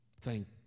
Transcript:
Thank